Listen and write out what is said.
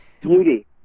Beauty